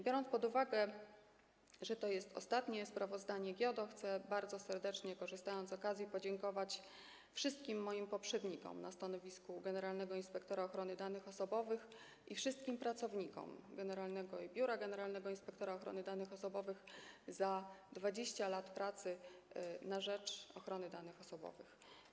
Biorąc pod uwagę, że to jest ostatnie sprawozdanie GIODO, chcę bardzo serdecznie, korzystając z okazji, podziękować wszystkim moim poprzednikom na stanowisku generalnego inspektora ochrony danych osobowych i wszystkim pracownikom Biura Generalnego Inspektora Ochrony Danych Osobowych za 20 lat pracy na rzecz ochrony danych osobowych.